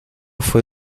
fue